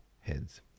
heads